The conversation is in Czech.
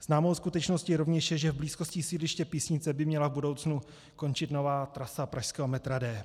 Známou skutečností rovněž je, že v blízkosti sídliště Písnice by měla v budoucnu končit nová trasa pražského metra D.